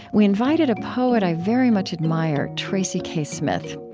we invited a poet i very much admire, tracy k. smith.